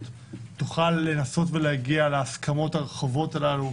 תוכל לנסות ולהגיע להסכמות הרחבות האלו.